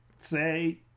say